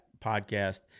podcast